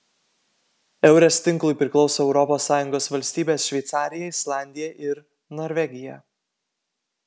eures tinklui priklauso europos sąjungos valstybės šveicarija islandija ir norvegija